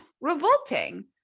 revolting